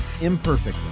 Imperfectly